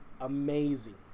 amazing